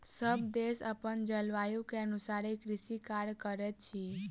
सभ देश अपन जलवायु के अनुसारे कृषि कार्य करैत अछि